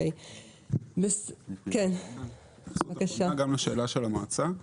אני אשמח להתייחס לשאלה של המועצה.